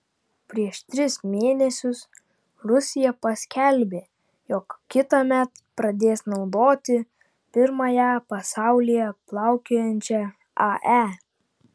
prieš tris mėnesius rusija paskelbė jog kitąmet pradės naudoti pirmąją pasaulyje plaukiojančią ae